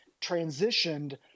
transitioned—